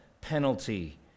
penalty